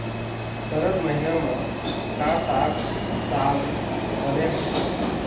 सरद महीना म का साक साग बने होथे?